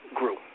grew